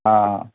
हां